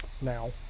now